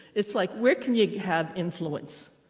it's like, where can we have influence?